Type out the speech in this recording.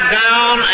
down